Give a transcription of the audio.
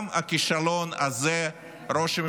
גם הכישלון הזה רשום על שמכם,